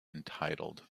entitled